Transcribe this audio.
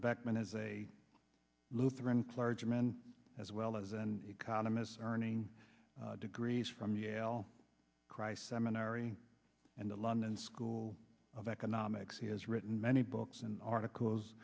back man as a lutheran clergyman as well as an economist earning degrees from yale christ seminary and the london school of economics he has written many books and articles